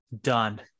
Done